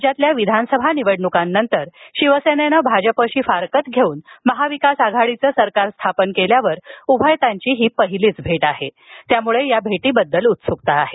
राज्यातील विधानसभा निवडण्कानंतर शिवसेनेनं भाजपशी फारकत घेऊन महाविकास आघाडीचं सरकार स्थापन केल्यावर उभयतांची ही पहिलीच भेट असून त्यामुळे त्याबद्दल उत्सूकता आहे